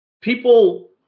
people